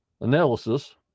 analysis